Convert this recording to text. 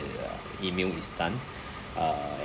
uh email is done uh